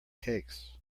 cakes